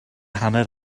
hanner